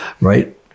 right